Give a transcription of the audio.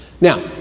now